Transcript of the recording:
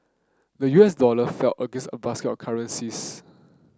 the U S dollar fell against a basket of currencies